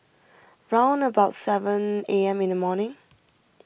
round about seven A M in the morning